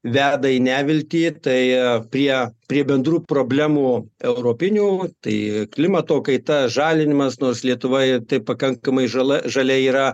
veda į neviltį tai prie prie bendrų problemų europinių tai klimato kaita žalinimas nors lietuvoje tai pakankamai žala žalia yra